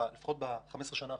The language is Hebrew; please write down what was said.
לפחות ב-15 השנים האחרונות,